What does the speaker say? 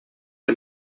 que